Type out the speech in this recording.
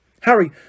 Harry